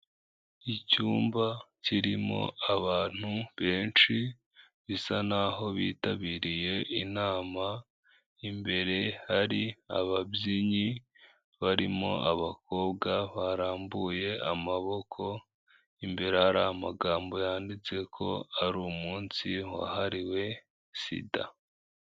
Icyumba kirimo abantu benshi, bisa n'aho bitabiriye inama, imbere hari ababyinnyi barimo abakobwa barambuye amaboko, imbere hari amagambo yanditse ko ari umunsi wahariwe sida.